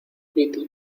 piti